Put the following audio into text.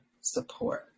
support